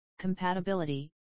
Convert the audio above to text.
Compatibility